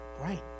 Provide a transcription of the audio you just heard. Right